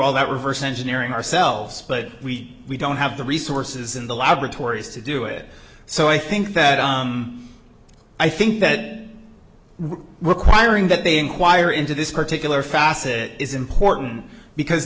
all that reverse engineering ourselves but we don't have the resources in the laboratories to do it so i think that i think that we were firing that they enquire into this particular facet is important because